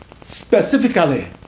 Specifically